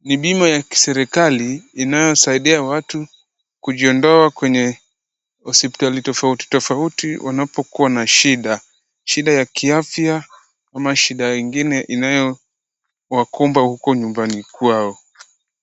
ni bima ya serikali inayosaidia watu kujiondoa kwenye hospitali tofauti tofauti unapokuwa na shida, shida ya kiafya ama shida ingine inayo wakumba huko nyumbani kwao.